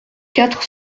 quatre